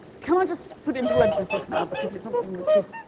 can i just put in parentheses now because it's something which is